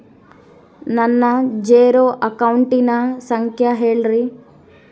ನನ್ನ ಜೇರೊ ಅಕೌಂಟಿನ ಸಂಖ್ಯೆ ಹೇಳ್ರಿ?